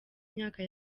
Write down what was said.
myaka